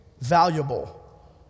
valuable